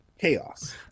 chaos